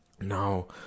Now